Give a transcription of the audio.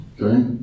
Okay